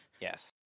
yes